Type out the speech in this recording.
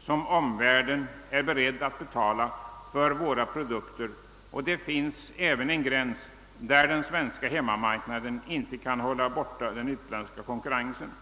som omvärlden är beredd att betala för våra produkter, och det finns även en gräns där den svenska hemmamarknaden inte kan hålla den utländska konkurrensen borta.